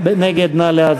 מי נגד?